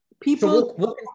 People